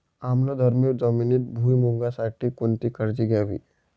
आम्लधर्मी जमिनीत भुईमूगासाठी कोणती काळजी घ्यावी?